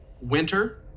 winter